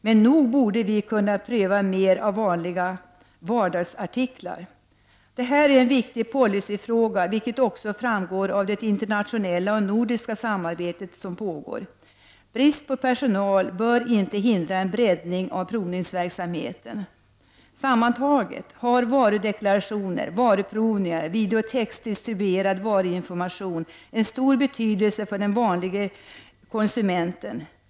Men nog borde vi kunna prova mer av vanliga vardagsartiklar. Detta är en viktig policyfråga, vilket också framgår av det internationella och nordiska samarbete som pågår. Brist på personal bör inte hindra en breddning av provningsverksamheten. Sammantaget har varudeklarationer, varuprovningar och videotexdistribuerad varuinformation en stor betydelse för den vanlige konsumenten.